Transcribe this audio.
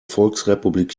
volksrepublik